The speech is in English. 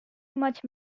much